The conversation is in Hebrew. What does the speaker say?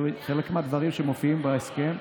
חלק מהדברים שמופיעים בהסכם,